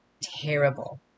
terrible